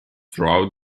throughout